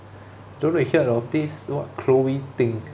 don't know if you heard of this what chloe ting